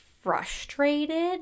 frustrated